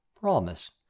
Promise